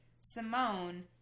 Simone